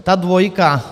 Ta dvojka.